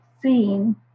seen